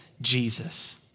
Jesus